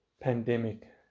pandemic